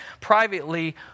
privately